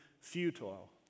futile